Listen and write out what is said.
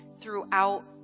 throughout